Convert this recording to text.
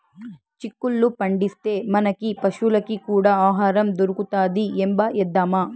చిక్కుళ్ళు పండిస్తే, మనకీ పశులకీ కూడా ఆహారం దొరుకుతది ఏంబా ఏద్దామా